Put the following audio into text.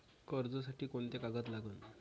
कर्जसाठी कोंते कागद लागन?